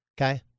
Okay